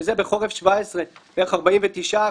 שזה בחורף 2017 בערך 49%,